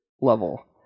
level